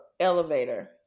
Elevator